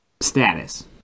status